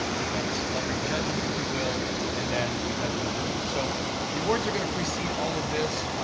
we've had celebrity judges, if you will. and then we've had the awards. so the awards are going to precede all of this.